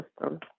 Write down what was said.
system